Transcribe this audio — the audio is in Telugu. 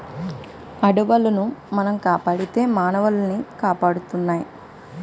అడవులను మనం కాపాడితే మానవులనవి కాపాడుతాయి